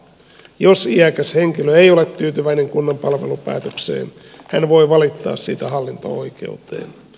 jos iäkäs henkilö ei ole tyytyväinen kunnan palvelupäätökseen hän voi valittaa siitä hallinto oikeuteen